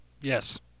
Yes